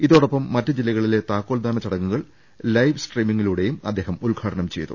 ഇതോടൊപ്പം മറ്റു ജില്ലകളിലെ താക്കോൽദാന ചടങ്ങുകൾ ലൈവ് സ്ട്രീമിങ്ങിലൂടെയും അദ്ദേഹം ഉദ്ഘാടനം ചെയ്തു